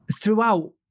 Throughout